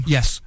Yes